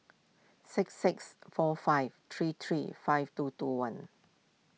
six six four five three three five two two one